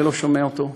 אני לא שומע אותו,